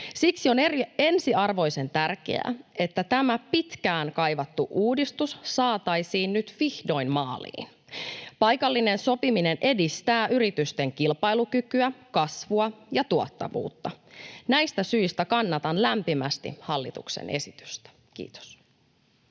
Siksi on ensiarvoisen tärkeää, että tämä pitkään kaivattu uudistus saataisiin nyt vihdoin maaliin. Paikallinen sopiminen edistää yritysten kilpailukykyä, kasvua ja tuottavuutta. Näistä syistä kannatan lämpimästi hallituksen esitystä. — Kiitos.